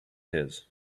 his